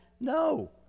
No